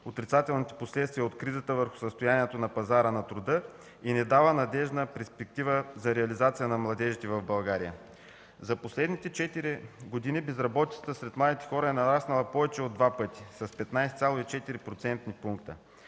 отрицателните последствия от кризата върху състоянието на пазара на труда и не дава надеждна перспектива за реализация на младежите в България. За последните четири години безработицата сред младите хора е нараснала повече от два пъти - с 15,4-процентни